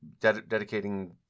dedicating